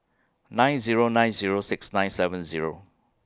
nine Zero nine Zero six nine seven Zero